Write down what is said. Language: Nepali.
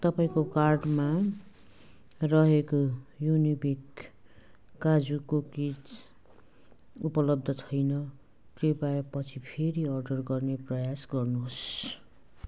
तपाईँको कार्टमा रहेको युनिबिक काजु कुकिज उपलब्ध छैन कृपया पछि फेरि अर्डर गर्ने प्रयास गर्नुहोस्